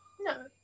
No